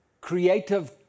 creative